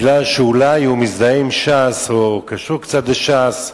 כי אולי הוא מזדהה עם ש"ס או קשור קצת לש"ס,